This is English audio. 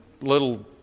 little